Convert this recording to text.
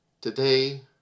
Today